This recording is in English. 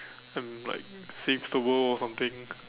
and like saves the world or something